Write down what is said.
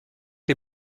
les